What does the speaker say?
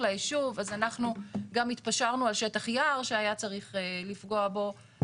לישוב אז אנחנו גם התפשרנו על שטח יער שהיה צריך לפגוע בו,